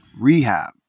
rehab